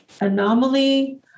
anomaly